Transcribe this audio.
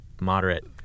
moderate